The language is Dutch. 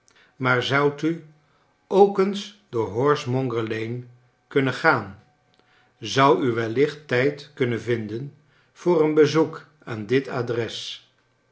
maar zoudt u ook eens door horsemonger lane kunnen gaan zondt u wellicht tijd kunnen vinden voor een bezoek aan dit adresf